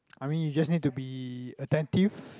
I mean you just need to be attentive